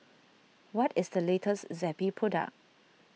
what is the latest Zappy product